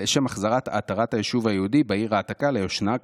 עטרת היישוב היהודי בעיר העתיקה ליושנה,